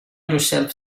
yourself